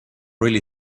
really